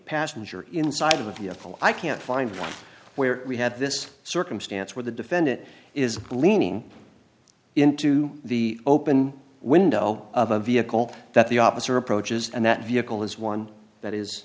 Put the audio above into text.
passenger inside the vehicle i can't find where we have this circumstance where the defendant is leaning into the open window of a vehicle that the officer approaches and that vehicle is one that